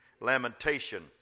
lamentation